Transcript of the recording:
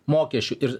mokesčių ir